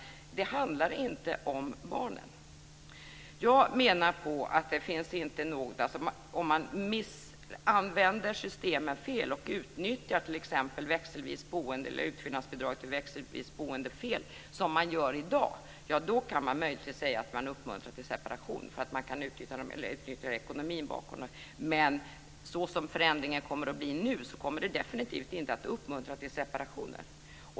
Men det handlar inte om barnen. Om man använder systemen fel och utnyttjar t.ex. växelvis boende eller utfyllnadsbidraget vid växelvis boende som man gör i dag kan vi möjligtvis säga att vi uppmuntrar till separation för att man kan utnyttja ekonomin bakom. Men så som förändringen nu kommer att bli kommer det definitivt inte att uppmuntra till separationer.